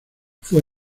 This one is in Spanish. fue